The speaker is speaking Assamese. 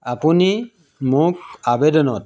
আপুনি মোক আবেদনত